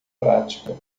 prática